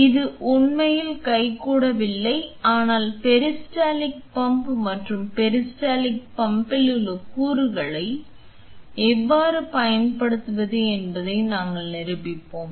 எனவே இது உண்மையில் கைகூடவில்லை ஆனால் பெரிஸ்டால்டிக் பம்ப் மற்றும் பெரிஸ்டால்டிக் பம்பில் உள்ள கூறுகளை எவ்வாறு பயன்படுத்துவது என்பதை நாங்கள் நிரூபிப்போம்